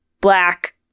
black